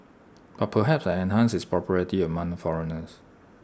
but perhaps I enhanced its popularity among foreigners